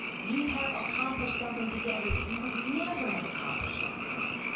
you have accomplished something together that you would never have accomplished on your own.